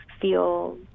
feel